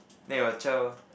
then your child